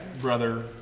brother